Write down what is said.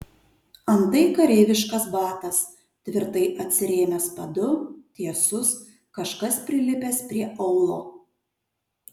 antai kareiviškas batas tvirtai atsirėmęs padu tiesus kažkas prilipęs prie aulo